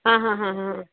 ਹਾਂ ਹਾਂ ਹਾਂ ਹਾਂ